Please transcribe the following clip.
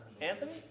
Anthony